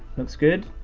looks good.